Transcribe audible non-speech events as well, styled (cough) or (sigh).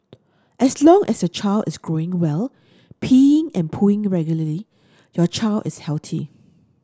as long as your child is growing well peeing and pooing regularly your child is (unintelligible)